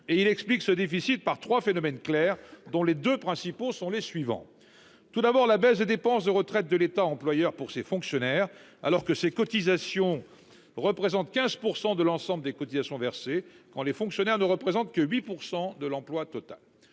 et il explique ce déficit par 3 phénomènes clair dont les 2 principaux sont les suivants. Tout d'abord, la baisse des dépenses de retraites, de l'État employeur pour ces fonctionnaires alors que ces cotisations. Représentent 15% de l'ensemble des cotisations versées quand les fonctionnaires ne représentent que 8% de l'emploi total